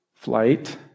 flight